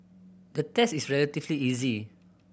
the test is relatively easy